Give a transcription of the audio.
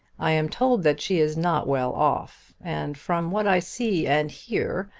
i am told that she is not well off and from what i see and hear,